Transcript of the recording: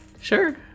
sure